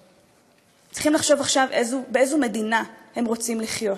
הם צריכים לחשוב עכשיו באיזו מדינה הם רוצים לחיות,